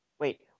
wait